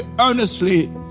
earnestly